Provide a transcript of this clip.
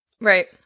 Right